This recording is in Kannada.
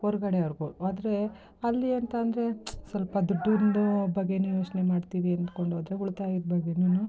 ಹೊರಗಡೆವರ್ಗೂ ಆದರೆ ಅಲ್ಲಿ ಅಂತ ಅಂದ್ರೆ ಸಲ್ಪ ದುಡ್ಡಿಂದೂ ಬಗ್ಗೆಯೂ ಯೋಚನೆ ಮಾಡ್ತೀವಿ ಅಂದ್ಕೊಂಡೋದ್ರೆ ಉಳ್ತಾಯದ ಬಗ್ಗೆಯೂ